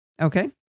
Okay